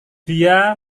dia